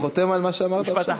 אתה חותם על מה שאמרת עכשיו?